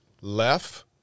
left